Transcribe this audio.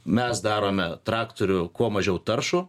mes darome traktorių kuo mažiau taršų